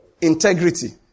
integrity